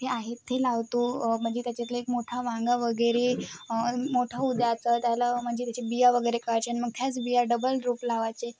हे आहेत हे लावतो म्हणजे त्याच्यातले एक मोठा वांगा वगैरे मोठा होऊ द्यायचं त्याला म्हणजे त्याचे बिया वगैरे काढायचे आणि मग त्याच बिया डबल रोप लावायचे